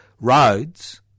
roads